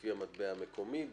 לפי המטבע המקומי,